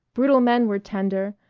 brutal men were tender,